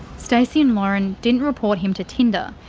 stacey and lauren didn't report him to tinder.